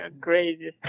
crazy